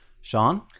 Sean